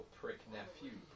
prick-nephew